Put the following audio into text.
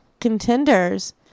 contenders